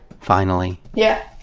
finally yeah,